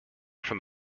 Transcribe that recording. from